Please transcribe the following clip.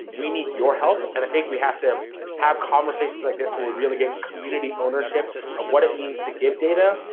we need your help, and i think we have to have conversations like this where we really get community ownership of what it means to give data,